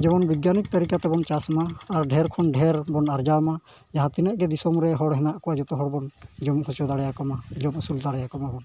ᱡᱮᱢᱚᱱ ᱵᱤᱜᱽᱜᱟᱱᱤᱠ ᱛᱟᱹᱨᱤᱠᱟ ᱛᱮᱵᱚᱱ ᱪᱟᱥ ᱢᱟ ᱟᱨ ᱰᱷᱮᱨ ᱠᱷᱚᱱ ᱰᱷᱮᱨ ᱵᱚᱱ ᱟᱨᱡᱟᱣ ᱢᱟ ᱡᱟᱦᱟᱸ ᱛᱤᱱᱟᱹᱜᱼᱜᱮ ᱫᱤᱥᱚᱢ ᱨᱮ ᱦᱚᱲ ᱢᱮᱱᱟᱜ ᱠᱚᱣᱟ ᱡᱚᱛᱚ ᱦᱚᱲᱵᱚᱱ ᱡᱩᱢᱤᱫ ᱦᱚᱪᱚ ᱫᱟᱲᱮᱭᱟᱠᱚᱢᱟ ᱡᱚᱢ ᱟᱹᱥᱩᱞ ᱫᱟᱲᱮᱭᱟᱠᱚᱢᱟ ᱵᱚᱱ